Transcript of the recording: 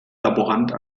laborant